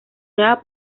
nueva